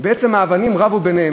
בעצם האבנים רבו ביניהן.